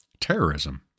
terrorism